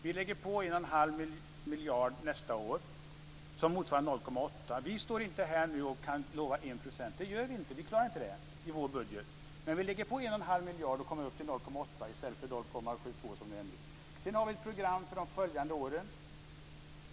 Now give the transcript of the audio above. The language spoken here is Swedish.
Vi lägger på en och en halv miljard nästa år, som motsvarar 0,8. Vi kan inte lova 1 % här. Det gör vi inte. Vi klarar inte det i vår budget. Men vi lägger på en och en halv miljard och kommer upp till 0,8 i stället för 0,72. Sedan har vi ett program för de följande åren.